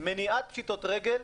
מניעת פשיטות רגל,